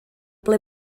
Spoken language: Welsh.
ble